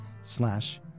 slash